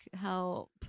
help